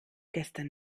gestern